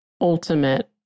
ultimate